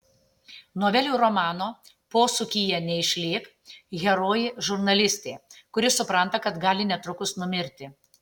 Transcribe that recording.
novelių romano posūkyje neišlėk herojė žurnalistė kuri supranta kad gali netrukus numirti